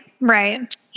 right